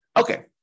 Okay